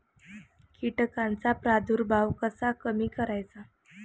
कीटकांचा प्रादुर्भाव कसा कमी करायचा?